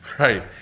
Right